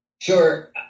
Sure